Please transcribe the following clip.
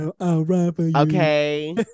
Okay